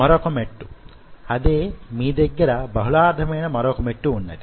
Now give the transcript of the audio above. మరొక మెట్టు అదే మీ దగ్గర బహుళార్థమైన మరొక మెట్టు వున్నది